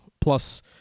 plus